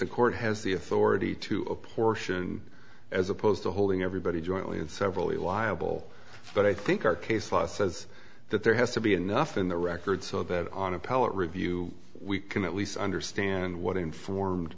court has the authority to apportion as opposed to holding everybody jointly and severally liable but i think our case law says that there has to be enough in the record so that on appellate review we can at least understand what informed